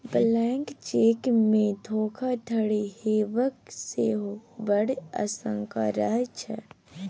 blank चेकमे धोखाधड़ी हेबाक सेहो बड़ आशंका रहैत छै